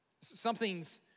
Something's